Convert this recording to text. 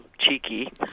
cheeky